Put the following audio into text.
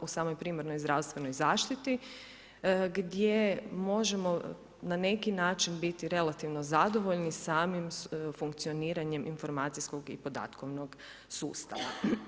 u samoj primarnoj zdravstvenoj zaštiti gdje možemo na neki način biti relativno zadovoljni samim funkcioniranjem informacijskog i podatkovnog sustava.